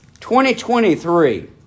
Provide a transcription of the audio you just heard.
2023